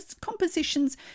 compositions